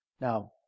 Now